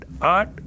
art